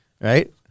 Right